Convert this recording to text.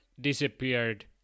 disappeared